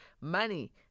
money